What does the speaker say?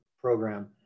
program